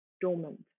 dormant